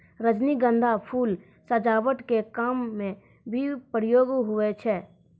रजनीगंधा फूल सजावट के काम मे भी प्रयोग हुवै छै